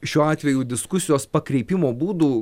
šiuo atveju diskusijos pakreipimo būdų